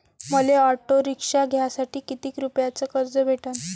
मले auto rickshaw घ्यासाठी कितीक रुपयाच कर्ज भेटनं?